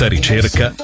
ricerca